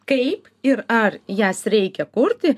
kaip ir ar jas reikia kurti